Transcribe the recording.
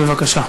בבקשה.